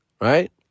right